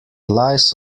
lies